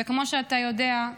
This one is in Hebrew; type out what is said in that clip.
וכמו שאתה יודע,